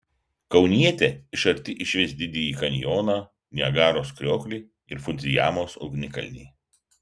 kaunietė iš arti išvys didįjį kanjoną niagaros krioklį ir fudzijamos ugnikalnį